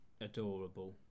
adorable